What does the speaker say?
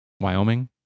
Wyoming